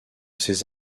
ces